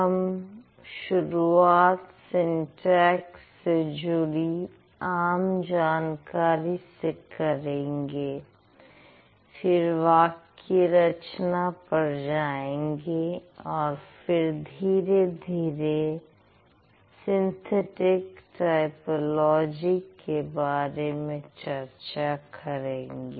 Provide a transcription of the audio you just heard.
हम शुरुआत सिंटेक्स से जुड़ी आम जानकारी से करेंगे फिर वाक्य रचना पर जाएंगे और फिर धीरे धीरे सिंथेटिक टाइपोलॉजी के बारे में चर्चा करेंगे